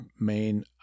main